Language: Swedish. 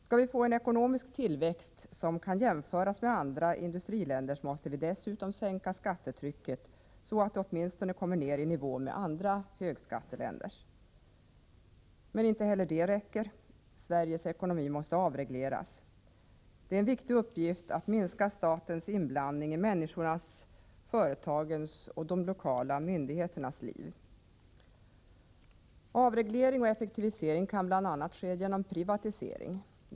Skall vi få en ekonomisk tillväxt som kan jämföras med andra industriländers, måste vi dessutom sänka skattetrycket, så att det åtminstone kommer ned i nivå med andra högskatteländers. Men inte heller det räcker. Sveriges ekonomi måste avregleras. Det är en viktig uppgift att minska statens inblandning i människornas, företagens och de lokala myndigheternas liv. Avreglering och effektivisering kan bl.a. ske genom privatisering.